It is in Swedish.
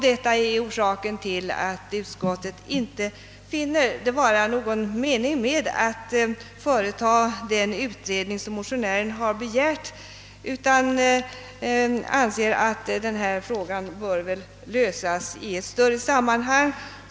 Detta är orsaken till att utskottet inte finner det vara någon mening med att företa den utredning motionärerna begärt utan anser att frågan bör lösas i ett större sammanhang.